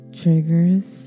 triggers